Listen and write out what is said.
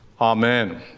Amen